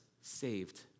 saved